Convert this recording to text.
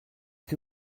que